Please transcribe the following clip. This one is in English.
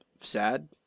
Sad